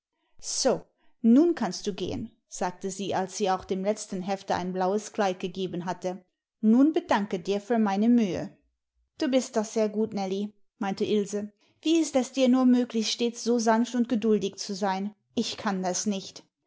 so nun kannst du gehen sagte sie als sie auch dem letzten hefte ein blaues kleid gegeben hatte nun bedanke dir für mein mühe du bist doch sehr gut nellie meinte ilse wie ist es dir nur möglich stets so sanft und geduldig zu sein ich kann das nicht